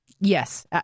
Yes